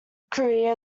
career